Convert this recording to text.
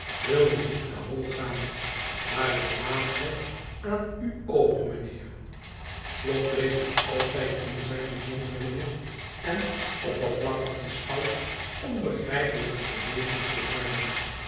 wil men niet te hoo gaan maar ik laat het aan u over mynheer slop bleef nog altijd in zijne zonderlinge en oppervlakkig beschouwd onbegrijpelijke beweging volhardep